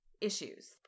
issues